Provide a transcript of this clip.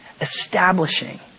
establishing